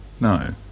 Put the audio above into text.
No